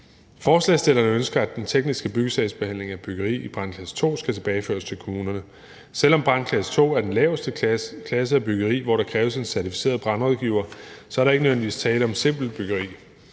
Forslagsstillerne ønsker, at den tekniske byggesagsbehandling af byggeri i brandklasse 2 skal tilbageføres til kommunerne. Selv om brandklasse 2 er den laveste klasse af byggeri, hvor der kræves en certificeret brandrådgiver, er der ikke nødvendigvis tale om et simpelt byggeri.